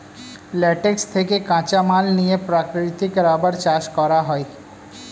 latex থেকে কাঁচামাল নিয়ে প্রাকৃতিক রাবার চাষ করা হয়